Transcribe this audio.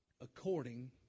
according